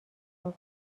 خراب